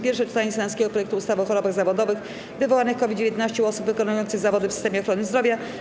Pierwsze czytanie senackiego projektu ustawy o chorobach zawodowych wywołanych COVID-19 u osób wykonujących zawody w systemie ochrony zdrowia,